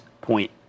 point